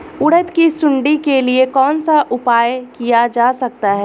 उड़द की सुंडी के लिए कौन सा उपाय किया जा सकता है?